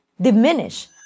diminish